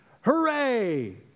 Hooray